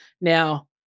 Now